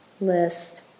list